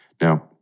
Now